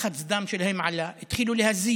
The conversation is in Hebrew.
לחץ הדם שלהם עלה, התחילו להזיע.